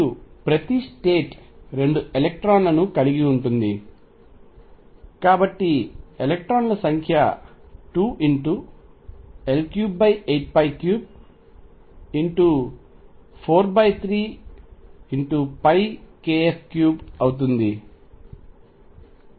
మరియు ప్రతి స్టేట్ 2 ఎలక్ట్రాన్లను కలిగి ఉంటుంది కాబట్టి ఎలక్ట్రాన్ల సంఖ్య 2×L38343kF3 అవుతుంది